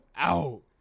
out